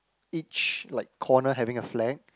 each like corner having a flag